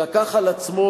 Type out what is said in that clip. לקח על עצמו,